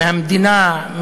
מהמדינה,